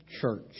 Church